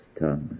tongues